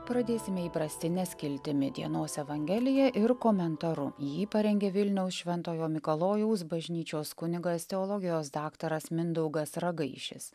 pradėsime įprastine skiltimi dienos evangelija ir komentaru jį parengė vilniaus šventojo mikalojaus bažnyčios kunigas teologijos daktaras mindaugas ragaišis